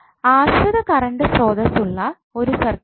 ആശ്രിത കറണ്ട് സ്രോതസ്സ് ഉള്ള ഒരു സർക്യൂട്ട്